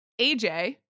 AJ